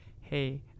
hey